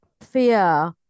fear